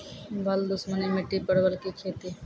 बल दुश्मनी मिट्टी परवल की खेती?